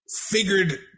figured